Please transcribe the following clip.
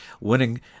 winning